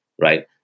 right